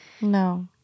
No